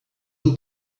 who